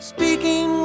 Speaking